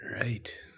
Right